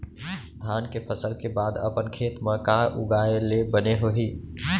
धान के फसल के बाद अपन खेत मा का उगाए ले बने होही?